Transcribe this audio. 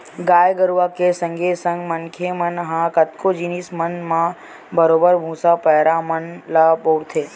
गाय गरुवा के संगे संग मनखे मन ह कतको जिनिस मन म बरोबर भुसा, पैरा मन ल बउरथे